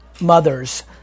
mothers